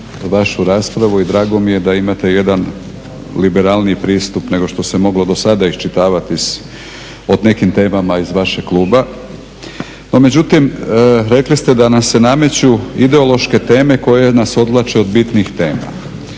vašu raspravu i drago mi je da imate jedan liberalniji pristup nego što se moglo do sada iščitavati o nekim temama iz vašeg kluba, no međutim rekli ste da nam se nameću ideološke teme koje nas odvlače od bitnih tema.